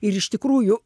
ir iš tikrųjų